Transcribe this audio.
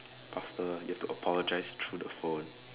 faster you've to apologize through the phone